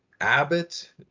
Abbott